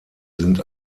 sind